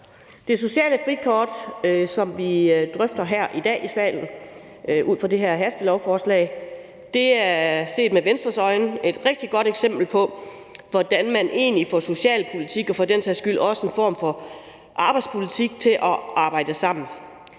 Det sociale frikort, som vi ud fra det her hastelovforslag drøfter her i dag i salen, er set med Venstres øjne et rigtig godt eksempel på, hvordan man får socialpolitik og for den sags skyld også en form for arbejdsmarkedspolitik til at arbejde sammen.